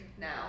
now